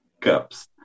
Cups